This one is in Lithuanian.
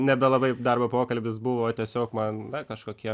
nebelabai darbo pokalbis buvo tiesiog man na kažkokie